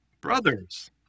Brothers